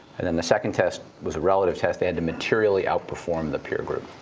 and then the second test was a relative test. they had to materially outperformed the peer group.